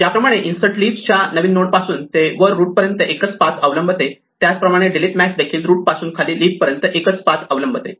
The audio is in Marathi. ज्याप्रमाणे इन्सर्ट लिफ च्या नवीन नोड पासून ते वर रूट पर्यंत एकच पाथ अवलंबते त्याचप्रमाणे डीलीट मॅक्स देखील रूट पासून खाली लिफ पर्यंत एकच पाथ अवलंबते